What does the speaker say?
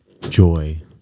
Joy